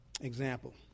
Example